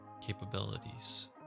capabilities